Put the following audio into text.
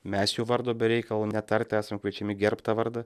mes jo vardo be reikalo netart esam kviečiami gerbt tą vardą